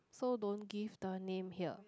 so don't give the name here